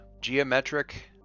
geometric